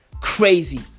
crazy